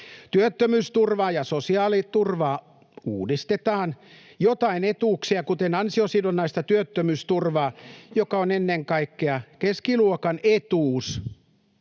Työttömyysturvaa ja sosiaaliturvaa uudistetaan. Joitain etuuksia, kuten ansiosidonnaista työttömyysturvaa, joka on ennen kaikkea keskiluokan etuus,